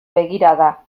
begirada